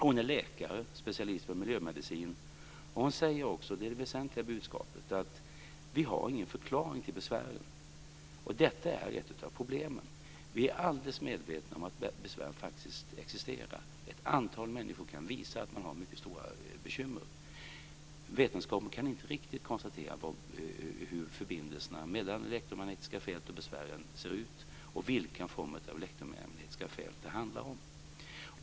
Hon är läkare, specialist på miljömedicin, och hon säger också - det är det väsentliga budskapet - att vi inte har någon förklaring till besvären. Detta är ett av problemen. Vi är alldeles medvetna om att besvären faktiskt existerar. Ett antal människor kan visa att de har mycket stora bekymmer. Vetenskapen kan inte riktigt konstatera hur förbindelserna mellan elektromagnetiska fält och besvären ser ut och vilken form av elektromagnetiska fält det handlar om.